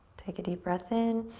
take a deep breath in.